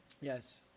Yes